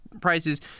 prices